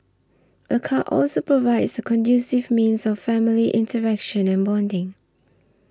a car also provides a conducive means of family interaction and bonding